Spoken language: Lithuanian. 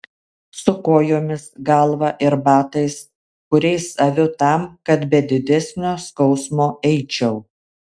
su kojomis galva ir batais kuriais aviu tam kad be didesnio skausmo eičiau